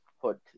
put